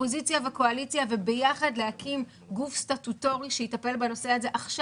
אופוזיציה וקואליציה וביחד להקים גוף סטטוטורי שיטפל בנושא הזה עכשיו.